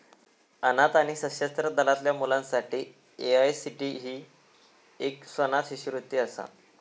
अनाथ आणि सशस्त्र दलातल्या मुलांसाठी ए.आय.सी.टी.ई ही एक स्वनाथ शिष्यवृत्ती असा